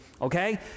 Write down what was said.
okay